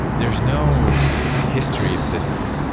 there's no history of business.